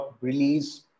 release